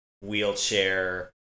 wheelchair